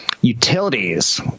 Utilities